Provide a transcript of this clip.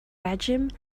regime